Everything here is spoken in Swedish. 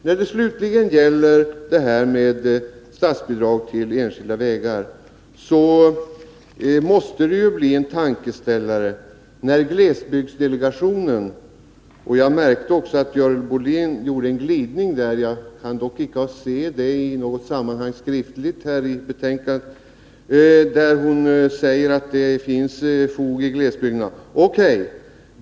När det slutligen gäller statsbidrag till enskilda vägar måste glesbygdsdelegationens argument bli en tankeställare. Jag märkte att Görel Bohlin gjorde en glidning där, men jag kan inte se den skriftligt belagd i något sammanhang i betänkandet, då hon sade att det finns fog i glesbygderna. O.K.